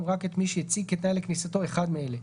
רק את מי שהציג כתנאי לכניסתו אחד מאלה: